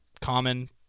Common